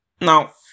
now